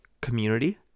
community